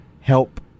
help